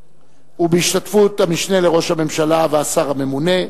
ובהשתתפות המשנה לראש הממשלה והשר הממונה.